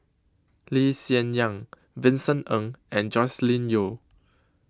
Lee Hsien Yang Vincent Ng and Joscelin Yeo